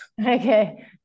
okay